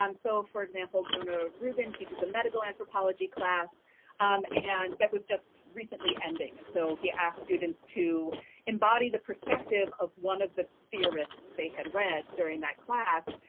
um so, for example, jonah reuben teaches a medical anthropology class and that was just recently ending, and so he asked students to embody the perspective of one of the theorists they had read during that class,